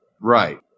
Right